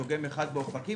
דוגם אחד באופקים,